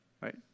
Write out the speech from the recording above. right